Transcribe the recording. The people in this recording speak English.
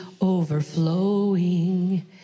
overflowing